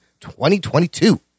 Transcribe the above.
2022